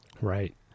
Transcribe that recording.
Right